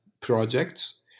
projects